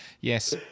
yes